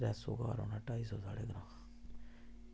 बस ओह् ढाई सौ साढ़े ग्रांऽ